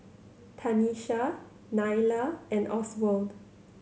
Tanisha Nylah and Oswald